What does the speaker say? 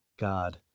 god